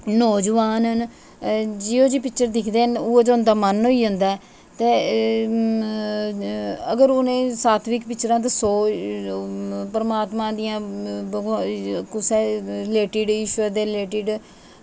जियो जेही पिक्चर दिक्खदे न उ'ऐ जेहा उंदा मन होई जंदा ऐ ते अगर उनेंगी सात्विक सौ परमात्मा दियां कुसै टीवी शो दे रिलेटिड